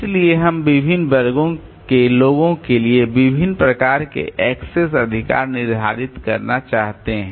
इसलिए हम विभिन्न वर्गों के लोगों के लिए विभिन्न प्रकार के एक्सेस अधिकार निर्धारित करना चाहते हैं